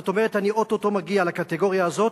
זאת אומרת, אני או-טו-טו מגיע לקטגוריה הזאת.